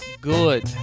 good